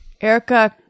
Erica